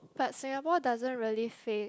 but Singapore doesn't really say